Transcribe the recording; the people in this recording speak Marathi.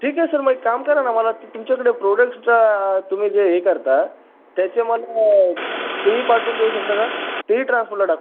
ठीक आहे सर मग एक काम करा ना मला तुमच्याकडे प्रॉडक्ट्सचा तुम्ही जे हे करता त्याचे मला तेही पाठवून देऊ शकता का तेही ट्रान्सपोर्टला टाका